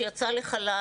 שיצא לחל"ת,